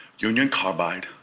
union carbine,